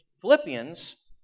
Philippians